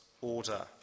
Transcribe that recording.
order